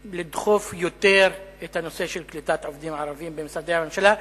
לדחוף יותר את הנושא של קליטת עובדים ערבים במשרדי הממשלה.